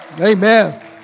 Amen